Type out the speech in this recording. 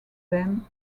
them